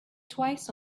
twice